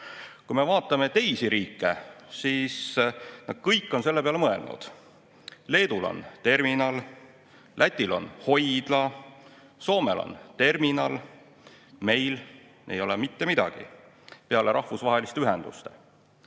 Vaatame teisi riike, nad kõik on selle peale mõelnud: Leedul on terminal, Lätil on hoidla, Soomel on terminal. Meil ei ole mitte midagi peale rahvusvaheliste ühenduste.